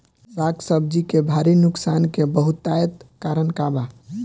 साग सब्जी के भारी नुकसान के बहुतायत कारण का बा?